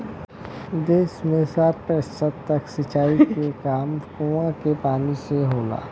देस में साठ प्रतिशत तक सिंचाई के काम कूंआ के पानी से होला